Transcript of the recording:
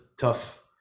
tough